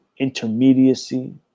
intermediacy